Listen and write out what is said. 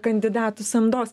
kandidatų samdos